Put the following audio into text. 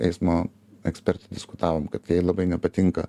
eismo eksperte diskutavom kad jai labai nepatinka